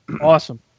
awesome